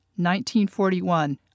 1941